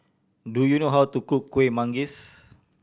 do you know how to cook Kuih Manggis